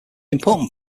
important